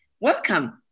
Welcome